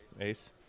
Ace